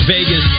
Vegas